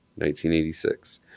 1986